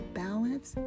balance